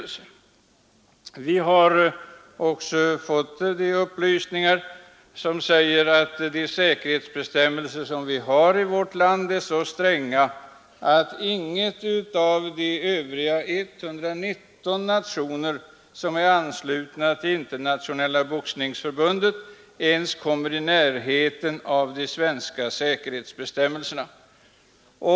Vi har också fått den upplysningen att de säkerhetsbestämmelser som gäller i vårt land är så stränga att ingen av de övriga 119 nationer som är anslutna till Internationella boxningsförbundet har bestämmelser som ens ligger i närheten av de svenska.